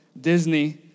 Disney